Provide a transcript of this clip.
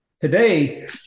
Today